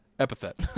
Epithet